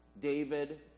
David